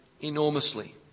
enormously